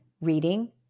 reading